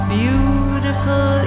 beautiful